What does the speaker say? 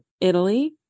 Italy